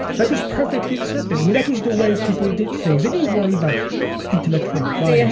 that was perfectly accepted. and that was the way people did things. they didn't worry about intellectual rights,